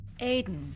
Aiden